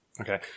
Okay